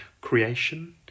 creation